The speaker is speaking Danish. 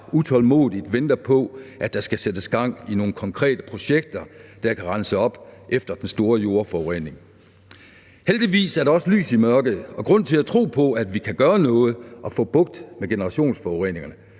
utålmodigt venter på, at der skal sættes gang i nogle konkrete projekter, der kan rense op efter den store jordforurening. Heldigvis er der også lys i mørket og grund til at tro på, at vi kan gøre noget og få bugt med generationsforureningerne.